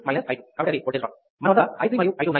మన వద్ద i3 మరియు i 2 ఉన్నాయి